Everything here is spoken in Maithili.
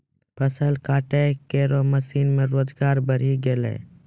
फसल काटै केरो मसीन सें रोजगार बढ़ी गेलै